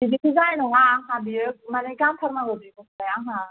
बिदिथ' जानाय नङा आंहा बियो माने गानथारनां बि गस्लाया आंहा